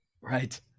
Right